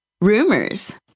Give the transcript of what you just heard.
rumors